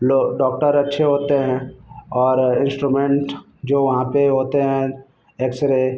लो doctor अच्छे होते हैं और इस्ट्रूमेंट जो वहाँ पर होते हैं एक्स रे